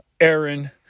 Aaron